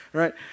right